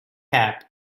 cap